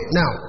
now